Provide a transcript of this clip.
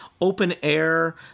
open-air